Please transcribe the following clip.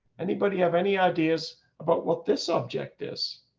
anybody have any ideas about what this object is